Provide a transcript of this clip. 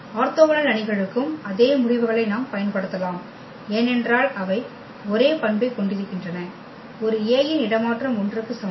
orthogonal அணிகளுக்கும் அதே முடிவுகளை நாம் பயன்படுத்தலாம் ஏனென்றால் அவை ஒரே பண்பை கொண்டிருக்கின்றன ஒரு A இன் இடமாற்றம் I க்கு சமம்